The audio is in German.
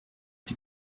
die